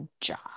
job